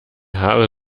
haare